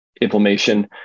inflammation